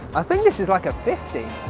i think this is like a fifty.